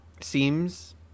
seems